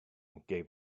gave